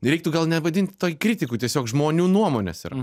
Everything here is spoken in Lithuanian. reiktų gal nevadinti tai kritiku tiesiog žmonių nuomonės yra